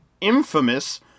Infamous